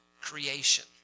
creation